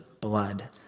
blood